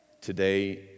Today